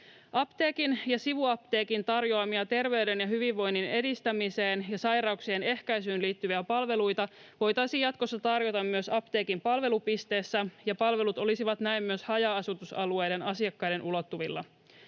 Apteekin ja sivuapteekin tarjoamia terveyden ja hyvinvoinnin edistämiseen ja sairauksien ehkäisyyn liittyviä palveluita voitaisiin jatkossa tarjota myös apteekin palvelupisteessä ja palvelut olisivat näin myös haja-asutusalueiden asukkaiden ulottuvilla.